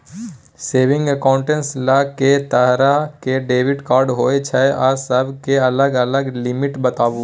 Saving accounts ल के तरह के डेबिट कार्ड होय छै आ सब के अलग अलग लिमिट बताबू?